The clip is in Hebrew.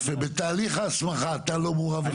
יפה, בתהליך ההסמכה אתה לא מעורב בכלל?